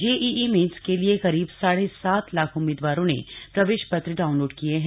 JEE main के लिए करीब साढ़े सात लाख उम्मीदवारों ने प्रवेश पत्र डाउनलोड किए हैं